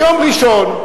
ביום ראשון,